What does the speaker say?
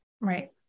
Right